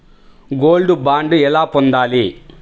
Gold bond ఎలా పొందాలి?